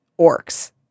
orcs